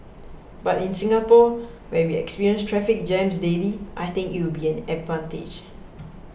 but in Singapore where we experience traffic jams daily I think it will be an advantage